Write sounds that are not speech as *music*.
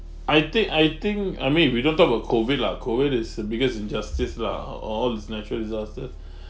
I think I think I mean if we don't talk about COVID lah COVID is the biggest injustice lah all all these natural disasters *breath*